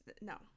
No